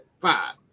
five